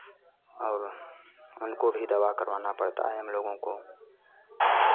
और उनको भी दवा करवाना पड़ता है हमलोगों को